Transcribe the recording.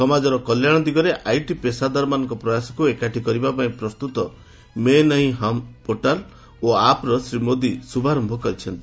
ସମାଜର କଲ୍ୟାଣ ଦିଗରେ ଆଇଟି ପେଶାଦାରମାନଙ୍କ ପ୍ରୟାସକୁ ଏକାଠି କରିବା ପାଇଁ ପ୍ରସ୍ତୁତ 'ମେଁ ନହିଁ ହମ୍' ପୋର୍ଟାଲ୍ ଓ ଆପ୍ର ଶ୍ରୀ ମୋଦି ଶୁଭାରମ୍ଭ କରିଛନ୍ତି